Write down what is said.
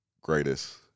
greatest